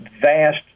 vast